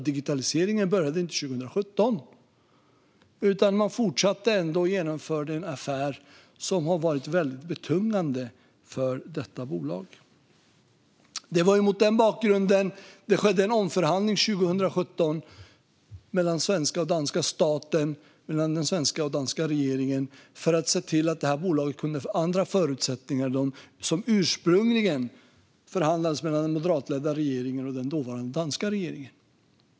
Digitaliseringen började inte 2017, men man fortsatte ändå att genomföra en affär som har varit väldigt betungande för detta bolag. Det var mot den bakgrunden som det 2017 skedde en omförhandling mellan den svenska och den danska staten och mellan den svenska och den danska regeringen för att ge bolaget andra förutsättningar än de som ursprungligen förhandlades fram mellan den moderatledda regeringen och den dåvarande danska regeringen.